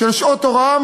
של שעות הוראה.